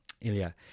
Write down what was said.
Ilya